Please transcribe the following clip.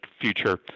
future